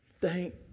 thank